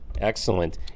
excellent